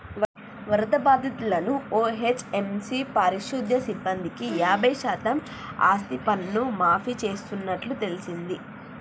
వరద బాధితులను ఓ.హెచ్.ఎం.సి పారిశుద్య సిబ్బందికి యాబై శాతం ఆస్తిపన్ను మాఫీ చేస్తున్నట్టు తెల్సింది